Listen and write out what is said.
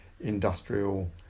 industrial